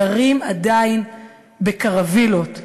גרים עדיין בקרווילות,